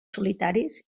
solitaris